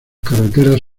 carreteras